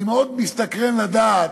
אני מאוד מסתקרן לדעת,